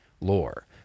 lore